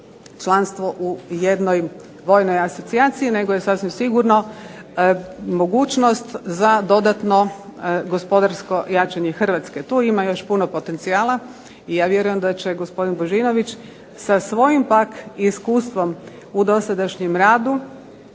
članstvo u jednoj vojnoj asocijaciji nego je sasvim sigurno mogućnost za dodatno gospodarsko jačanje Hrvatske. Tu ima još puno potencijala i ja vjerujem da će gospodin Božinović sa svojim pak iskustvom u dosadašnjem radu